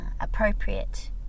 appropriate